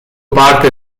parte